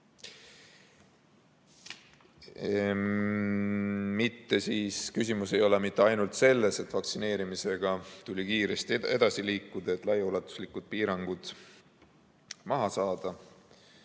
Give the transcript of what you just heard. veel seal. Küsimus ei ole mitte ainult selles, et vaktsineerimisega tuli kiiresti edasi liikuda, et laiaulatuslikud piirangud maha saada,